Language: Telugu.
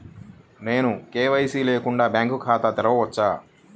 నేను కే.వై.సి లేకుండా బ్యాంక్ ఖాతాను తెరవవచ్చా?